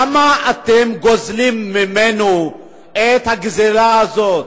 למה אתם גוזלים ממנו את הגזלה הזאת?